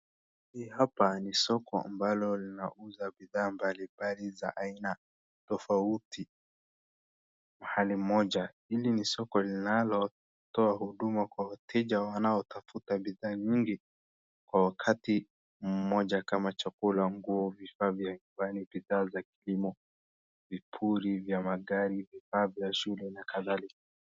Hii hapa ni soko ambalo linauza bidhaa mbali mbali za aina tofauti mahali moja. Hili ni soko linalotoa huduma kwa wateja wanaotafuta bidhaa nyingi ngi kwa wakati mmoja kama chakula, nguo, vifaa vya nyumbani , vifaa vya kilimo, vipuli vya magari, vifaa vya shule na kadhalika.